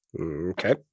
okay